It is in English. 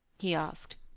he asked.